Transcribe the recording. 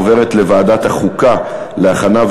עוברת לוועדת החוקה להכנה,